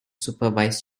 supervise